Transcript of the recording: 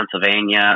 Pennsylvania